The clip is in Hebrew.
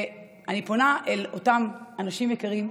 ואני פונה אל אותם אנשים יקרים: